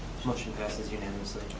motion passes unanimously.